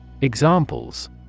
Examples